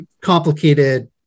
complicated